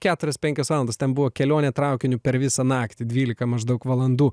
keturios penkios valandos ten buvo kelionė traukiniu per visą naktį dvylika maždaug valandų